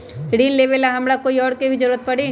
ऋन लेबेला हमरा कोई और के भी जरूरत परी?